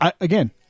Again